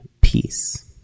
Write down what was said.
peace